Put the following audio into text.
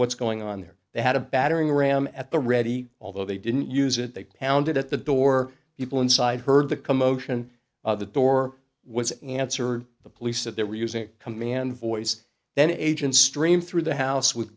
what's going on there they had a battering ram at the ready although they didn't use it they pounded at the door people inside heard the commotion of the door was answered the police that they were using command voice then agent stream through the house with